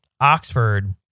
Oxford